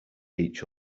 each